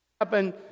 happen